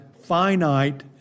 finite